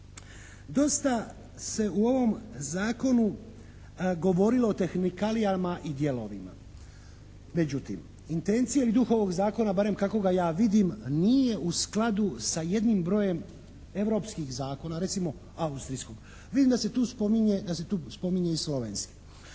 Dosta se u ovom Zakonu govorilo o tehnikalijama i dijelovima. Međutim intencija ili duh ovog zakona barem kako ga ja vidim nije u skladu sa jednim brojem europskih zakona recimo austrijskog. Vidim da se tu spominje, da